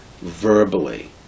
verbally